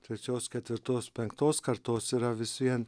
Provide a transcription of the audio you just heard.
trečios ketvirtos penktos kartos yra vis vien